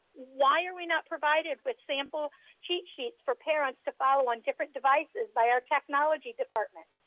why are we not provided with sample cheat sheets for parents to follow on different devices by our technology department?